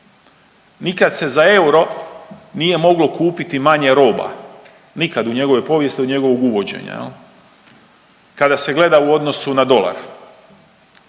nikad se za euro nije moglo kupiti manje roba, nikad u njegovoj povijesti od njegovog uvođenja jel kada se gleda u odnosu na dolar